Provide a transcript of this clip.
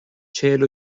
چهل